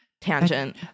tangent